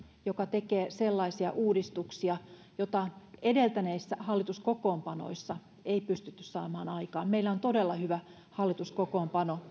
joka tekee sellaisia uudistuksia joita edeltäneissä hallituskokoonpanoissa ei pystytty saamaan aikaan meillä on todella hyvä hallituskokoonpano